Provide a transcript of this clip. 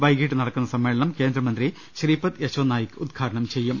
വൈകിട്ട് നടക്കുന്ന സമ്മേളനം കേന്ദ്രമന്ത്രി ശ്രീപദ് യശോനായിക് ഉദ്ഘാടനം ചെയ്യും